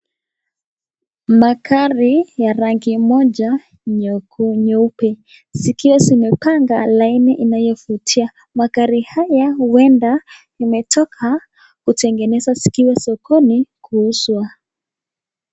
Magari ya rangi moja nyeupe zikiwa zimepanga laini inayovutia magari haya uenda imetoka kutengezwa zikiwa sokoni kuuzwa.